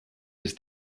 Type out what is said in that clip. use